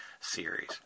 series